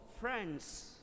friends